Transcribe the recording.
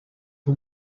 who